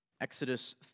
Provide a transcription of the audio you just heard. Exodus